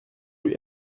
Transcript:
rue